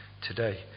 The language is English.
today